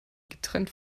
getrennt